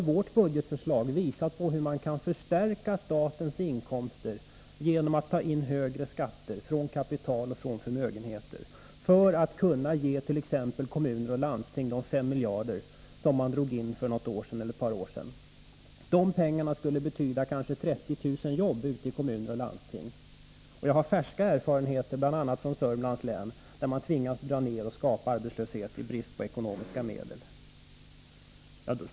I vårt budgetförslag har vi visat hur man kan förstärka statens inkomster genom att ta in högre skatter från kapital och förmögenheter för att kunna ge t.ex. kommuner och landsting de 5 miljarder kronor, som man drog in för ett par år sedan. Dessa pengar skulle kanske betyda 30 000 arbeten ute i kommuner och landsting. Jag har nya erfarenheter från bl.a. Södermanlands län, där man tvingas dra ned och skapa arbetslöshet i brist på ekonomiska medel.